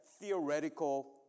theoretical